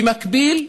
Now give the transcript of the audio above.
במקביל,